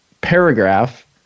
paragraph